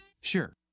Sure